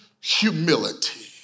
humility